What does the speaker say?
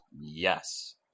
Yes